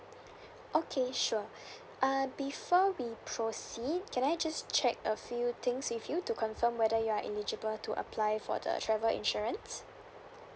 okay sure err before we proceed can I just check a few things with you to confirm whether you are eligible to apply for the travel insurance